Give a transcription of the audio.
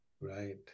right